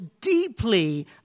deeply